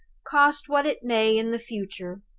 cost what it may in the future.